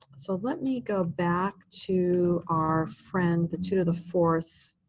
so let me go back to our friend, the two to the fourth